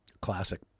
classic